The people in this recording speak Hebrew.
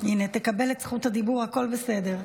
הינה, תקבל את זכות הדיבור, הכול בסדר.